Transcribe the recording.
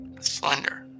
slender